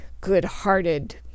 good-hearted